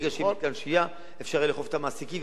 ברגע שיהיה מתקן שהיה אפשר יהיה לאכוף את המעסיקים,